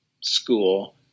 school